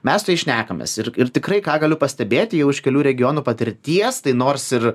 mes su jais šnekamės ir tikrai ką galiu pastebėti jau iš kelių regionų patirties tai nors ir